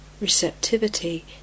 receptivity